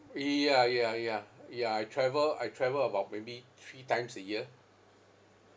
y~ ya ya ya ya I travel I travel about maybe three times a year